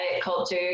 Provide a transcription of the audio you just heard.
culture